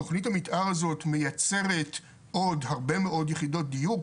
תכנית המתאר הזו מייצרת עוד הרבה מאוד יחידות דיור,